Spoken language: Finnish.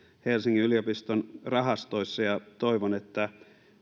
helsingin yliopiston rahastoissa ja toivon että